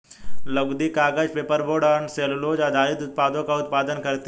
लुगदी, कागज, पेपरबोर्ड और अन्य सेलूलोज़ आधारित उत्पादों का उत्पादन करती हैं